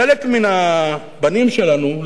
חלק מהבנים שלנו,